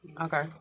Okay